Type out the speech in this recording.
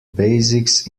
basics